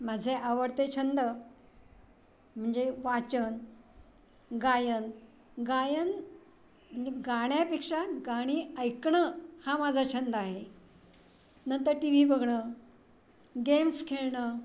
माझे आवडते छंद म्हणजे वाचन गायन गायन गाण्यापेक्षा गाणी ऐकणं हा माझा छंद आहे नंतर टी व्ही बघणं गेम्स खेळणं